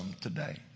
today